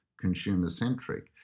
consumer-centric